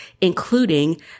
including